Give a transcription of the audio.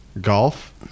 Golf